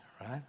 right